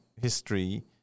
history